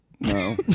No